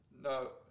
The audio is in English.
No